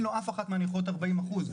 לו אף אחת מהנכויות היא לא ארבעים אחוז,